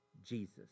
Jesus